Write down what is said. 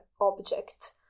object